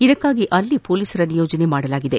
ಇದಕ್ಕಾಗಿ ಅಲ್ಲಿ ಪೊಲೀಸರ ನಿಯೋಜನೆ ಮಾಡಲಾಗಿದೆ